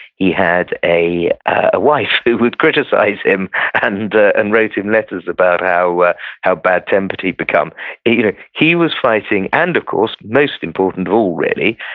he had a ah wife who would criticize him and ah and wrote him letter about how how bad-tempered he'd become you know he was fighting, and of course, most important of all, really,